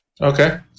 Okay